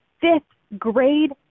fifth-grade